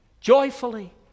joyfully